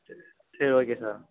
சரி சரி okay sir